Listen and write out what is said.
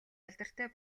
алдартай